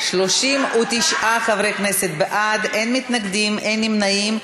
39 חברי כנסת בעד, אין מתנגדים, אין נמנעים.